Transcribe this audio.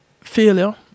failure